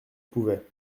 pouvait